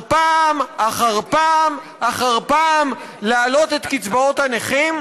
פעם אחר פעם אחר פעם להעלות את קצבאות הנכים?